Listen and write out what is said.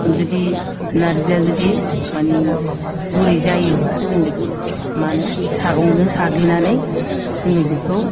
जुदि नार्जिया जुदि माने गुरै जायोबा जों बेखौ माहोनो सागंजों साग्लिनानै जोङो बेखौ